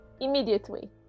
immediately